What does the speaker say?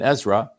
Ezra